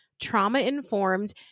trauma-informed